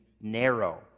narrow